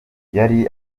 yari